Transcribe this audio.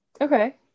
Okay